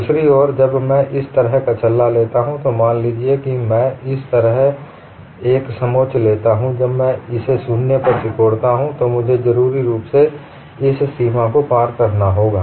दूसरी ओर जब मैं इस तरह का छल्ला लेता हूं तो मान लीजिए कि मैं इस तरह एक समोच्च लेता हूं जब मैं इसे शून्य पर सिकोड़ता हूं तो मुझे जरूरी रूप से इस सीमा को पार करना होगा